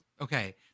okay